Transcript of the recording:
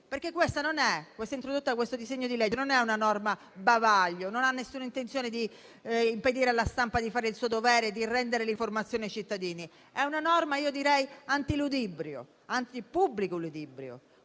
legge in esame non è una norma bavaglio e non ha alcuna intenzione di impedire alla stampa di fare il suo dovere e rendere l'informazione ai cittadini. Anzi, direi che è una norma anti-ludibrio, anti-pubblico ludibrio.